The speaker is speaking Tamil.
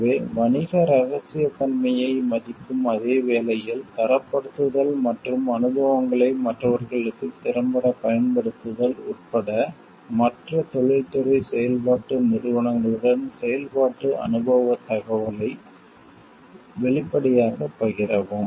எனவே வணிக ரகசியத்தன்மையை மதிக்கும் அதே வேளையில் தரப்படுத்தல் மற்றும் அனுபவங்களை மற்றவர்களுக்கு திறம்பட பயன்படுத்துதல் உட்பட மற்ற தொழில்துறை செயல்பாட்டு நிறுவனங்களுடன் செயல்பாட்டு அனுபவத் தகவலை வெளிப்படையாகப் பகிரவும்